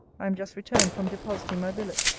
i am just returned from depositing my billet.